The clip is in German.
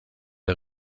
der